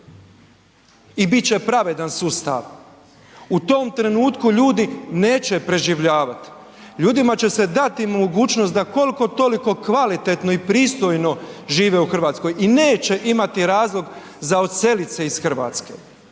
i bit će pravedan sustav. U tom trenutku ljudi neće preživljavat, ljudima će se dati mogućnost da koliko toliko kvalitetno i pristojno žive u RH i neće imati razlog za odselit se iz Hrvatske,